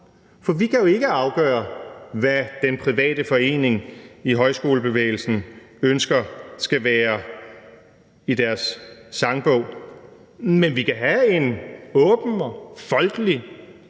for vi kan jo ikke afgøre, hvad den private forening i højskolebevægelsen ønsker skal være i deres sangbog. Men vi kan have en åben og folkelig